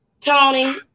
Tony